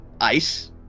ice